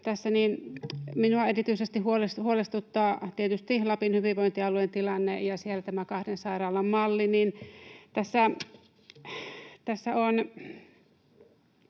Tässä minua erityisesti huolestuttavat tietysti Lapin hyvinvointialueen tilanne ja siellä tämän kahden sairaalan malli.